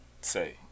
say